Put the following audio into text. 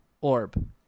orb